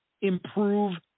improve